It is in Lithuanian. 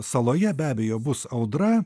saloje be abejo bus audra